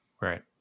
Right